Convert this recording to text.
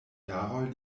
jaroj